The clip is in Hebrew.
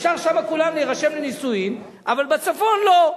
אפשר שם לכולם להירשם לנישואין, אבל בצפון לא.